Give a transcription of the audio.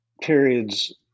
periods